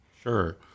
Sure